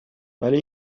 ولی